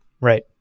Right